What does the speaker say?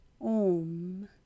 om